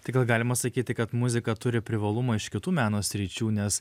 tai gal galima sakyti kad muzika turi privalumą iš kitų meno sričių nes